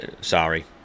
Sorry